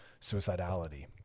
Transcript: suicidality